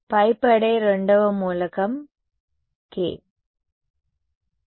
పై పడే రెండవ మూలకం K